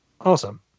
awesome